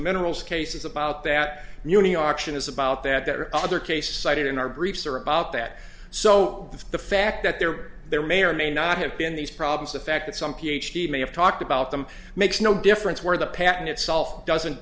minerals cases about that muni auction is about that there are other cases cited in our briefs or about that so the fact that they're there may or may not have been these problems the fact that some ph d may have talked about them makes no difference where the pattern itself doesn't